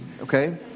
okay